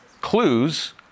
clues